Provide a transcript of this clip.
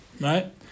right